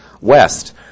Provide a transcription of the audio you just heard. West